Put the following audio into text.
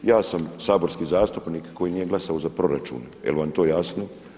Ja sam saborski zastupnik koji nije glasovao za proračun, je li vam to jasno?